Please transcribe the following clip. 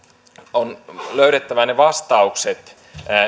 on löydettävä ne vastaukset